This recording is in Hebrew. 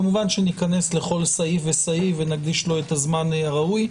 כמובן ניכנס לכל סעיף, ונקדיש לו הזמן הראוי.